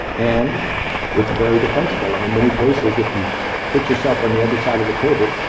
and it's very defensible. and, in many cases, if you put yourself on the other side of the table,